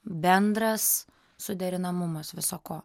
bendras suderinamumas viso ko